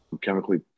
chemically